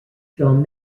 john